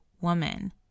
woman